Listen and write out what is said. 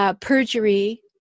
Perjury